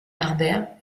harbert